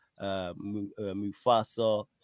Mufasa